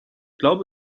glaube